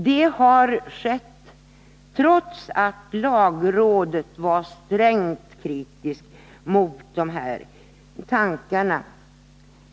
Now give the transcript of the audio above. Det har skett trots att lagrådet var strängt kritiskt mot de här tankarna.